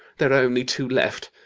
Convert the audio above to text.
there are only two left.